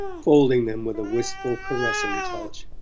folding them with a wistful caressing touch,